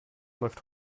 läuft